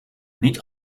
niet